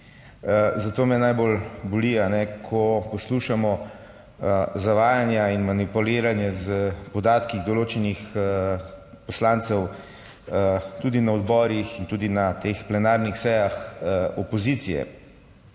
Zato me najbolj boli, ko poslušamo zavajanja in manipuliranje s podatki določenih poslancev, tudi na odborih in tudi na teh plenarnih sejah, opozicije.